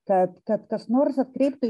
kad kad kas nors atkreiptų į